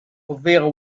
ovvero